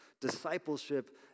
Discipleship